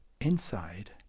Inside